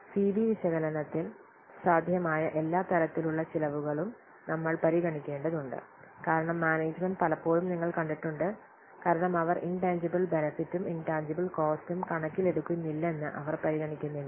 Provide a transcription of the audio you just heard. C B വിശകലനത്തിൽ സാധ്യമായ എല്ലാ തരത്തിലുള്ള ചെലവുകളും നമ്മൾ പരിഗണിക്കേണ്ടതുണ്ട് കാരണം മാനേജ്മെൻറ് പലപ്പോഴും നിങ്ങൾ കണ്ടിട്ടുണ്ട് കാരണം അവർ ഇൻടാൻജിബിൽ ബെനെഫിട്ടും ഇൻടാൻജിബിൽ കോസ്റ്റും കണക്കിലെടുക്കുന്നില്ലെന്ന് അവർ പരിഗണിക്കുന്നില്ല